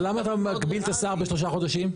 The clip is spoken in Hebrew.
אבל למה אתה מגביל את השר בשלושה חודשים?